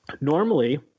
normally